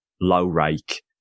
low-rake